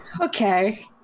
okay